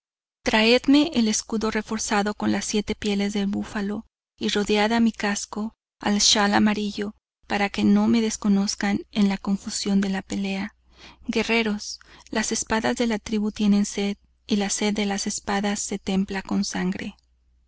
traedme el escudo reforzado con las siete pieles de búfalo y rodead a mi casco al schal amarillo para que no me desconozcan en la confusión de la pelea guerreros las espadas de la tribu tienen sed y la sed de las espadas se templa con sangre